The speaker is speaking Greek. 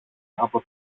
από